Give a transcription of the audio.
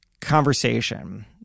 conversation